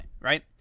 right